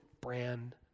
brand